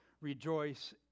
rejoice